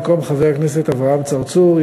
במקום חבר הכנסת אברהים צרצור,